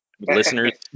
Listeners